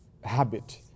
habit